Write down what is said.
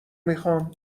میخوام